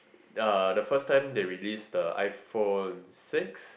uh the first time they release the iPhone six